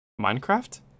minecraft